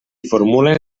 formulen